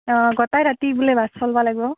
অঁ গতাই ৰাতি বোলে বাছ চলবা লাগ্বো